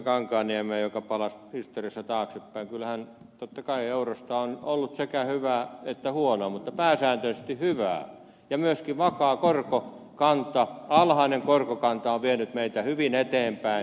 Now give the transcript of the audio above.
kankaanniemeä joka palasi historiassa taaksepäin kyllähän totta kai eurosta on ollut sekä hyvää että huonoa mutta pääsääntöisesti hyvää ja myöskin vakaa korkokanta alhainen korkokanta on vienyt meitä hyvin eteenpäin